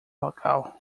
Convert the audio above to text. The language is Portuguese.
local